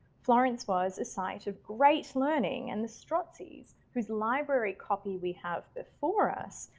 florence was a site of great learning and the strozzi's whose library copy we have before us,